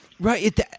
Right